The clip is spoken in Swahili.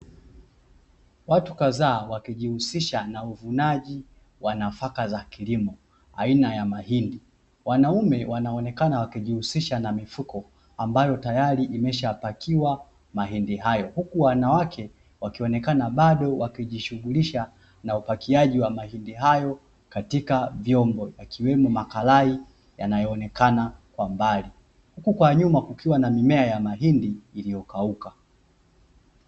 Watu kadhaa wakijihusisha na uvunaji wa nafaka za kilimo aina ya mahindi, wanaume wanaonekana wakijihusisha na mifuko ambayo tayari imeshapakiwa mahindi hayo huku wanawake wakionekana bado wakijishughulisha na upakiaji wa mahindi hayo katika vyombo yakiwemo makarai yanayoonekana kwa mbali, huku kwa nyuma kukiwa na mimea ya mahindi iliyokauka.